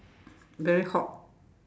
very hot